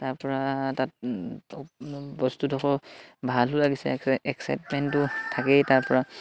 তাৰ পৰা তাত বস্তুডখৰ ভালো লাগিছে এক্সাইটমেণ্টটো থাকেই তাৰ পৰা